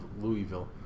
Louisville